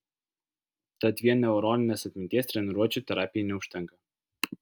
tad vien neuroninės atminties treniruočių terapijai neužtenka